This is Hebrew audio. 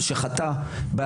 שנועדה עבור אדם שחטא.